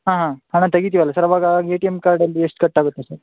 ಹಾಂ ಹಾಂ ಹಣ ತೆಗಿತೀವಲ್ಲ ಸರ್ ಅವಾಗ ಎ ಟಿ ಎಮ್ ಕಾರ್ಡಲ್ಲಿ ಎಷ್ಟು ಕಟ್ಟಾಗುತ್ತೆ ಸರ್